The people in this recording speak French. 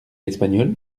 espagnol